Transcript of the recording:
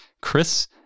Chris